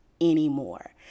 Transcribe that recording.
anymore